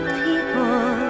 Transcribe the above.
people